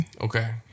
Okay